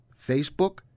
Facebook